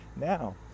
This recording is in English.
now